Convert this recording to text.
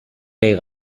day